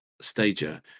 stager